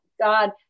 god